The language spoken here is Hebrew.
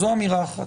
זו אמירה אחת.